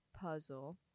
Puzzle